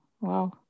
Wow